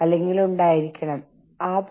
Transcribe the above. അത് ഒരു ഉരുണ്ട ഗ്ലാസ് മാർബിൾ ആയിരുന്നു